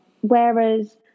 Whereas